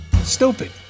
Stupid